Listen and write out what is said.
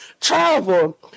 travel